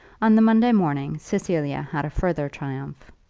on the monday morning cecilia had a further triumph.